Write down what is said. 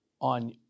on